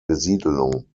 besiedelung